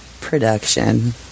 production